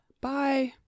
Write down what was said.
Bye